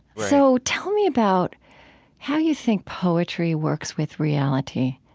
so tell me about how you think poetry works with reality,